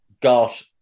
got